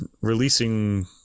releasing